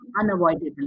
unavoidable